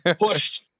pushed